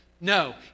No